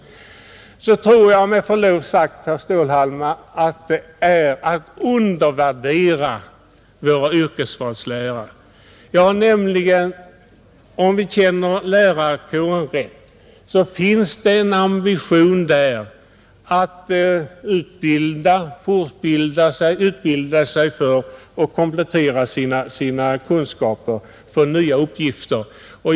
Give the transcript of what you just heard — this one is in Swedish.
Jag tror med förlov sagt, herr Stålhammar, att det är att undervärdera våra yrkesvalslärare. Om jag känner lärarkåren rätt, så finns det en ambition där att fortbilda sig och komplettera sina kunskaper för nya uppgifter.